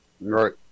Right